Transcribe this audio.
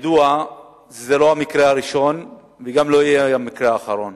ידוע שזה לא המקרה הראשון וגם לא יהיה המקרה האחרון.